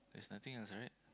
there's nothing else right